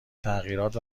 تغییرات